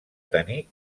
tenir